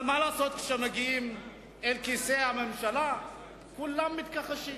אבל מה לעשות שכאשר מגיעים אל כיסא הממשלה כולם מתכחשים